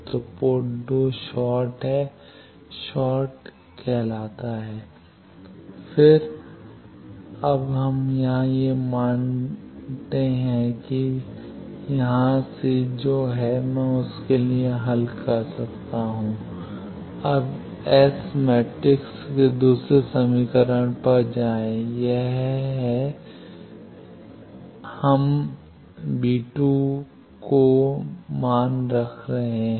तो port 2 short है short कहता है फिर अब यहाँ हम ये मान डालते हैं कि तो यहाँ से मैं जो है उसके लिए हल कर सकता हूँ अब एस मैट्रिक्स के दूसरे समीकरण पर जाएं यह है हम का मान रख रहे हैं